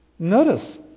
Notice